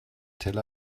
tel